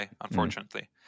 unfortunately